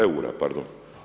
Eura, pardon.